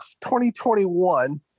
2021